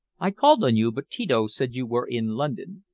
i called on you, but tito said you were in london.